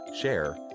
share